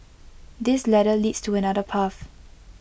this ladder leads to another path